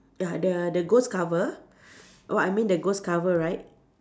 ya the the ghost cover what I mean the ghost cover right